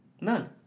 None